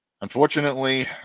Unfortunately